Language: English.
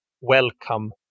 welcome